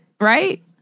right